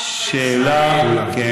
השאלה נוגעת לעמך ישראל.